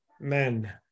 men